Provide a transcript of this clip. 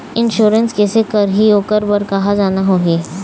Insurance कैसे करही, ओकर बर कहा जाना होही?